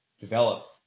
developed